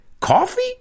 Coffee